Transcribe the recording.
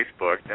Facebook